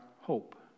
hope